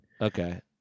Okay